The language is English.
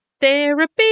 therapy